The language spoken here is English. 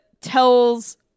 tells